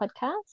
podcast